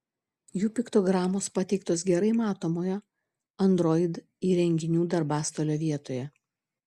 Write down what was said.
jų piktogramos pateiktos gerai matomoje android įrenginių darbastalio vietoje